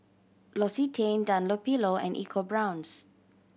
L'Occitane Dunlopillo and EcoBrown's